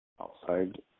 outside